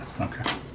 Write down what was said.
Okay